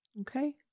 Okay